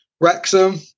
Wrexham